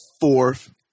fourth